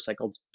recycled